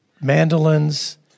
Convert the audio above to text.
Mandolins